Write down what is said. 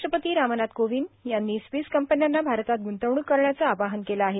राष्ट्रपती रामनाथ कोविंद यांनी स्वीस कंपन्यांना भारतात गृंतवणूक करण्याचं आवाहन केलं आहे